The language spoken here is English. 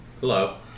Hello